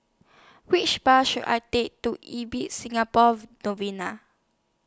Which Bus should I Take to Ibis Singapore Novena